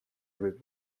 võib